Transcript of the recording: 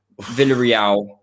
villarreal